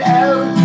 out